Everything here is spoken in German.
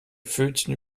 pfötchen